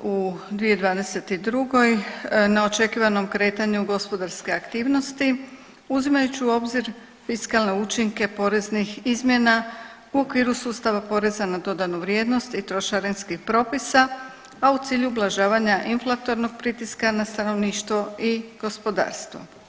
u 2022. na očekivanom kretanju gospodarske aktivnosti uzimajući u obzir fiskalne učinke poreznih izmjena u okviru sustava poreza na dodanu vrijednost i trošarinskih propisa, a cilju ublažavanja inflatornog pritiska na stanovništvo i gospodarstvo.